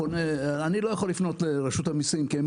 אני לא יכול לפנות לרשות המיסים כי הם